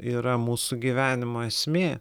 yra mūsų gyvenimo esmė